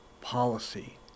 policy